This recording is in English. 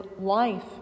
life